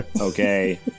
Okay